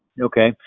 Okay